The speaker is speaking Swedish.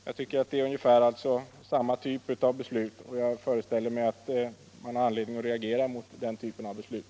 Jag tycker att det är ungefär samma typ av beslut, och jag föreställer mig att man har anledning att reagera mot den typen av beslut.